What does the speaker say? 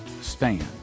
STAN